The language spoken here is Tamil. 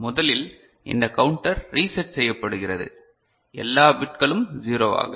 முதலில் இந்த கவுண்டர் ரீசெட் செய்யப்படுகிறது எல்லா பிட்களும் ௦ வாக